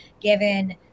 given